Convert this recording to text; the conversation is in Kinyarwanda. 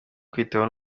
kwitaho